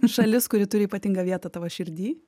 šalis kuri turi ypatingą vietą tavo širdy